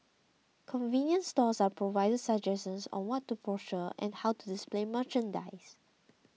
convenience stores are provided suggestions on what to procure and how to display merchandise